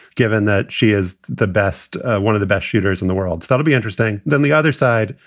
given that she is the best one of the best shooters in the world. that'd be interesting. then the other side,